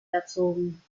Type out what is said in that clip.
erzogen